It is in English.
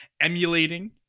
emulating